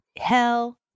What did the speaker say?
Hell